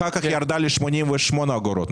אחר כך היא ירדה ל-88 אגורות.